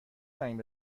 زنگ